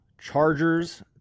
Chargers